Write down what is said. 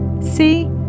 See